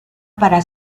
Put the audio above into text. para